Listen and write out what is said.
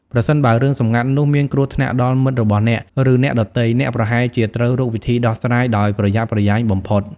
ប្រសិនបើរឿងសម្ងាត់នោះមានគ្រោះថ្នាក់ដល់មិត្តរបស់អ្នក ឬអ្នកដទៃ អ្នកប្រហែលជាត្រូវរកវិធីដោះស្រាយដោយប្រយ័ត្នប្រយែងបំផុត។